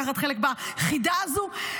לקחת חלק בחידה הזו.